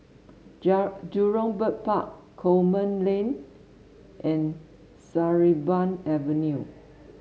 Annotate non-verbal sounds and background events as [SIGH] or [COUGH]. [UNINTELLIGIBLE] Jurong Bird Park Coleman Lane and Sarimbun Avenue